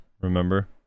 Remember